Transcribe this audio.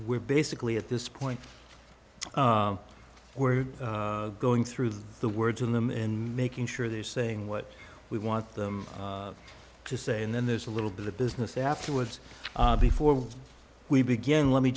where basically at this point we're going through the words in them and making sure they're saying what we want them to say and then there's a little bit of business afterwards before we begin let me